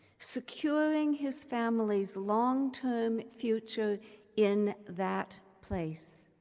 securing his family's long-term future in that place.